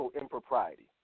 impropriety